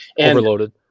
overloaded